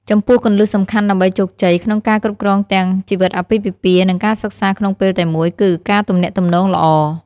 ចំពោះគន្លឹះសំខាន់ដើម្បីជោគជ័យ ក្នុងការគ្រប់គ្រងទាំងជីវិតអាពាហ៍ពិពាហ៍ និងការសិក្សាក្នុងពេលតែមួយគឺ ការទំនាក់ទំនងល្អ។